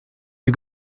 you